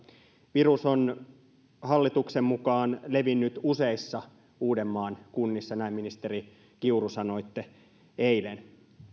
virus on hallituksen mukaan levinnyt useissa uudenmaan kunnissa näin ministeri kiuru sanoitte eilen